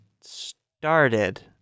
started